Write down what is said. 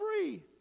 free